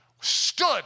stood